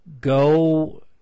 go